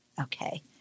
Okay